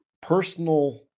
personal